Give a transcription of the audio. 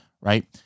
right